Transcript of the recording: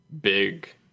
big